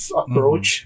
approach